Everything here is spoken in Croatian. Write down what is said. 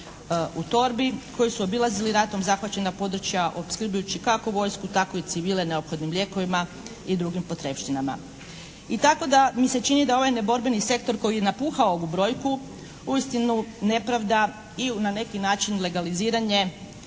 u torbi. Koji su obilazili ratom zahvaćena područja opskrbljujući kako vojsku tako i civile neophodnim lijekovima i drugim potrepštinama. I tako da mi se čini da ovaj neborbeni sektor koji je napuhao ovu brojku uistinu nepravda i na neki način legaliziranje